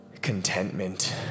contentment